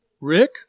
Rick